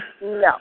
No